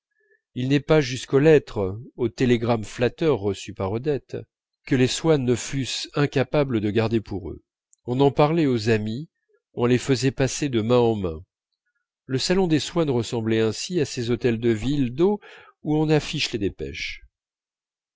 il n'est pas jusqu'aux lettres aux télégrammes flatteurs reçus par odette que les swann ne fussent incapables de garder pour eux on en parlait aux amis on les faisait passer de mains en mains le salon des swann ressemblait ainsi à ces hôtels de villes d'eaux où on affiche les dépêches